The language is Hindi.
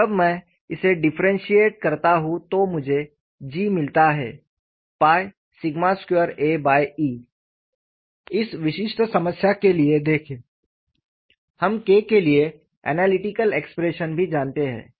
तो जब मैं इसे डिफ्रेंशिएट करता हूं तो मुझे G मिलता है 2 aE इस विशिष्ट समस्या के लिए देखें हम K के लिए एनालिटिकल एक्सप्रेशन भी जानते हैं